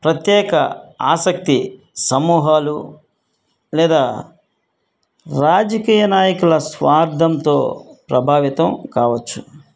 ప్రత్యేక ఆసక్తి సమూహాలు లేదా రాజకీయ నాయకుల స్వార్థంతో ప్రభావితం కావచ్చు